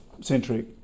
Centric